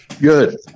good